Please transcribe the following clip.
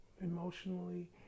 emotionally